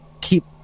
keep